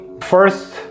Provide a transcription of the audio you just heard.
first